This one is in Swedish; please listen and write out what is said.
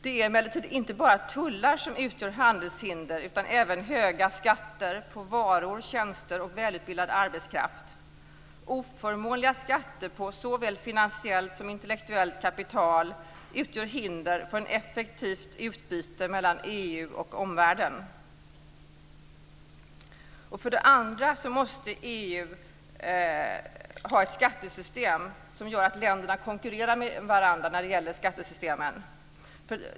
Det är emellertid inte bara tullar som utgör handelshinder utan även höga skatter på varor, tjänster och välutbildad arbetskraft. Oförmånliga skatter på såväl finansiellt som intellektuellt kapital utgör hinder för ett effektivt utbyte mellan EU och omvärlden. För det andra måste EU ha ett skattesystem som gör att länderna konkurrerar med varandra när det gäller skatten.